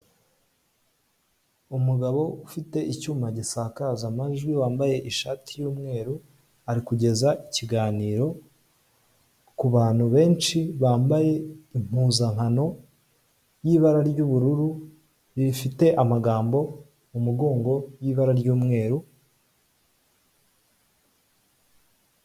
Umugabo ufite icyuma gisakaza amajwi, wambaye ishati y'umweru, ari kugeza ikiganiro ku bantu benshi bambaye impuzankano y'ibara ry'ubururu, rifite magambo mu mugongo y'ibara ry'umweru,